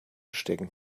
stecken